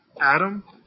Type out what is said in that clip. Adam